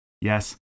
Yes